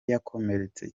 yakomeretse